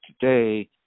Today